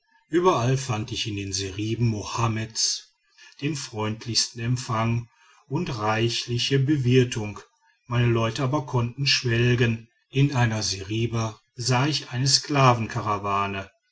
überall fand ich in den seriben mohammeds den freundlichsten empfang und reichliche bewirtung meine leute aber konnten schwelgen in einer seriba sah ich eine